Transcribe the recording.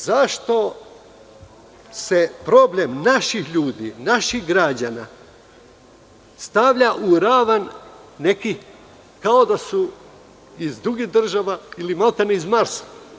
Zašto se problem naših ljudi, naših građana stavlja u ravan, kao da su iz drugih država ili sa Marsa?